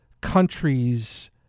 countries